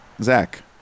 Zach